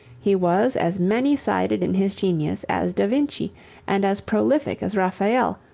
he was as many-sided in his genius as da vinci and as prolific as raphael,